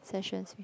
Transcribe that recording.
sessions we